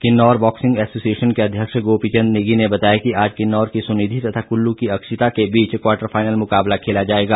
Kinnaur boxing association के अध्यक्ष गोपीचंद नेगी ने बताया कि आज किन्नौर की सुनिधि तथा कुल्लू की अक्षिता के बीच क्वाटर फाइनल मुकाबला खेला जाएगा